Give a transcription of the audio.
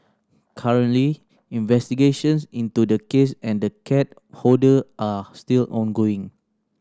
currently investigations into the case and the cat hoarder are still ongoing